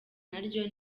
naryo